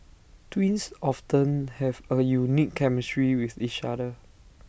twins often have A unique chemistry with each other